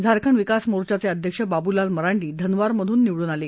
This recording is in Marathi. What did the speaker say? झारखंड विकास मोर्चाचे अध्यक्ष बाबूलाल मरांडी धनवारमधून निवडुन आले